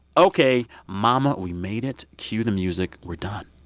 ok, momma, we made it. cue the music. we're done